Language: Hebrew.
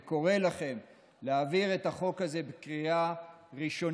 וקורא לכם להעביר את החוק הזה בקריאה ראשונה,